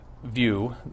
view